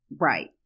Right